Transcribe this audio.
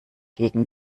gegen